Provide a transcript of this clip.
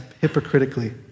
hypocritically